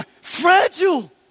fragile